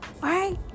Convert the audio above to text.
right